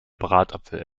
bratapfel